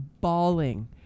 bawling